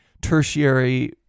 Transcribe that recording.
tertiary